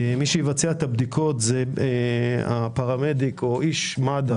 מי שיבצע את הבדיקות זה הפרמדיק או איש מד"א